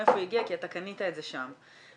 מרום את כל הקניות שהוא עשה של סמים,